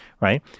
right